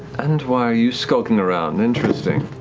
and why are you skulking around? and interesting.